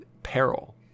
peril